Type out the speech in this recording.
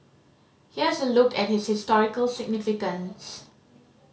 here's a look at its historical significance